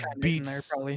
beats